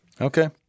Okay